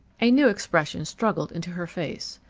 a new expression struggled into her face.